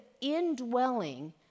indwelling